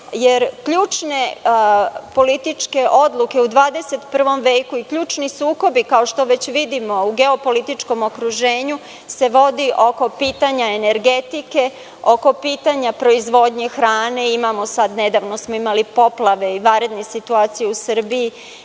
Ključne političke odluke u 21. veku i ključni sukobi kao što već vidimo u geopolitičkom okruženju se vodi oko pitanja energetike, oko pitanja proizvodnje hrane i imamo sada poplave, vanredne situacije u Srbiji